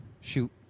Shoot